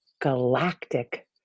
galactic